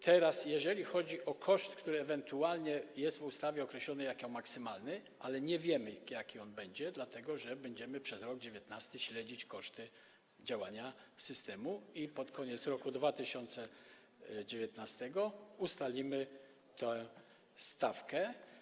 Teraz jeżeli chodzi o koszt, który ewentualnie jest w ustawie określony jako maksymalny, nie wiemy, jaki on będzie, dlatego że będziemy przez rok 2019 śledzić koszty działania systemu i pod koniec roku 2019 ustalimy tę stawkę.